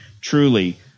truly